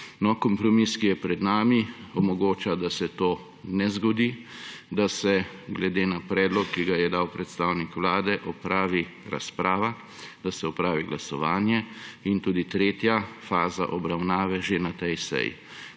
Kompromis, ki je pred nami, omogoča, da se to ne zgodi, da se glede na predlog, ki ga je dal predstavnik Vlade, opravi razprava, da se opravi glasovanje in tudi tretja faza obravnave že na tej seji.